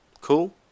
Cool